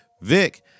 Vic